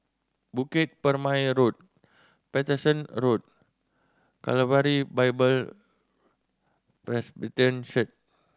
Bukit Purmei Road Paterson Road Calvary Bible Presbyterian Church